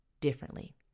differently